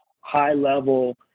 high-level